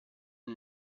nel